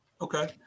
Okay